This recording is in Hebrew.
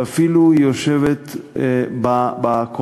והיא אפילו יושבת בקואליציה.